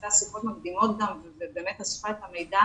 עשתה שיחות מקדימות ובאמת אספה את המידע